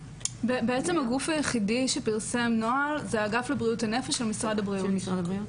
בעצם הגוף היחיד שפרסם נוהל זה האגף לבריאות הנפש של משרד הבריאות.